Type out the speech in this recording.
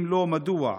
אם לא, מדוע?